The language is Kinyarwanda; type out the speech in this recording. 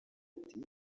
ati